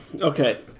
Okay